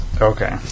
Okay